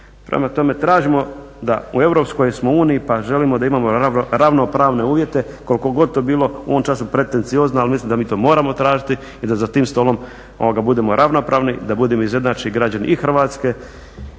Prema tome tražimo da u Europskoj smo uniji pa želimo da imamo ravnopravne uvjete koliko god to bilo u ovom času pretenciozno ali mislim da mi to moramo tražiti i da za tim stolom budemo ravnopravni i da budemo izjednačeni građani i Hrvatske